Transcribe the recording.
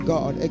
God